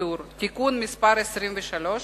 השידור (תיקון מס' 23),